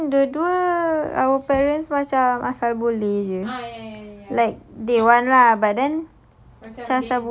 I perasan dua-dua our parents macam asal boleh jer like they want lah but then